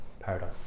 paradigm